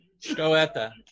Stoeta